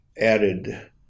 added